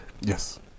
Yes